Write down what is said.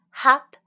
hop